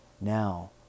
Now